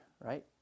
right